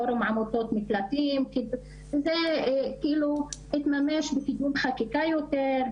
פורום עמותות מקלטים זה כאילו התממש בכיוון חקיקה יותר,